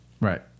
Right